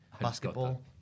basketball